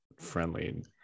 friendly